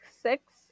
six